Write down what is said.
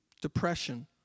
Depression